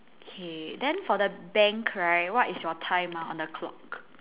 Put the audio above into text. K then for the bank right what is your time ah on the clock